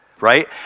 right